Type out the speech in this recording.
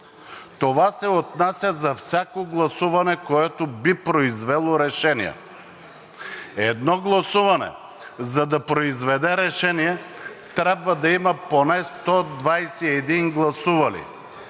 Това се отнася за всяко гласуване, което би произвело решение. Едно гласуване, за да произведе решение, трябва да има поне 121 гласували.